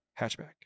Hatchback